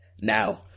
now